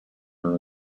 are